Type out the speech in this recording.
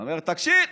הוא אמר, תקשיב: